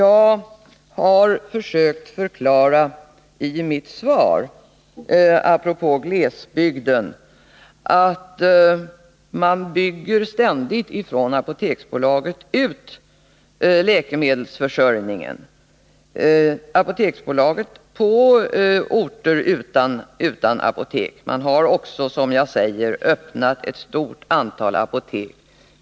Apropå glesbygden har jag i mitt svar försökt förklara att Apoteksbolaget ständigt bygger ut läkemedelsförsörjningen på orter utan apotek. Man har också, som jag sagt i svaret, öppnat ett stort antal apotek.